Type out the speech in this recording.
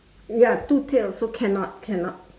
ya two tails so cannot cannot